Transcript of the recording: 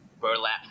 burlap